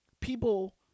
people